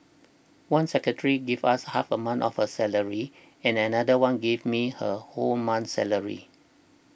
one secretary gave us half a month of her salary and another one gave me her whole month's salary